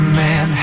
man